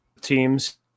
teams